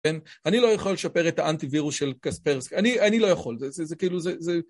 אני לא יכול לשפר את האנטיווירוס של קספרסקי, אני לא יכול, זה כאילו זה...